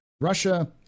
Russia